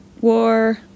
War